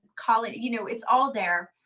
call it, you know it's all there.